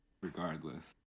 regardless